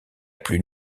plus